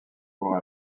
court